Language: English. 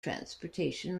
transportation